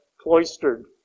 cloistered